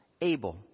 able